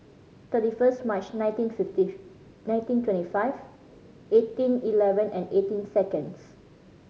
thirty first March nineteen fifty nineteen twenty five eighteen eleven and eighteen seconds